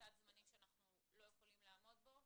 סד זמנים שאנחנו לא יכולים לעמוד בו,